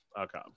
Okay